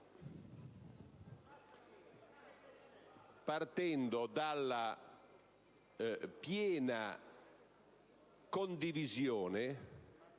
partendo dalla piena condivisione